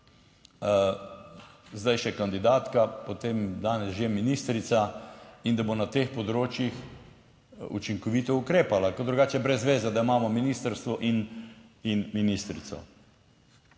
zdaj še kandidatka, potem danes že ministrica, in da bo na teh področjih učinkovito ukrepala, ker drugače je brez veze, da imamo ministrstvo in ministrico.